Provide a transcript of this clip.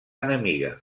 enemiga